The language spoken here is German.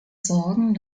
sorgen